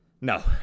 No